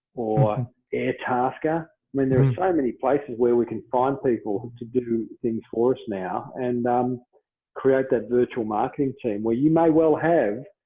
or air tasker, when there are so many places where we can find people to do things for us now and um create that virtual marketing team, where you may well have,